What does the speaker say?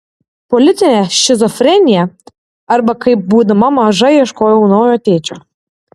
politinė šizofrenija arba kaip būdama maža ieškojau naujo tėčio